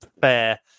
Fair